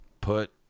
put